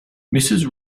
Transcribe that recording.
mrs